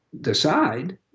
decide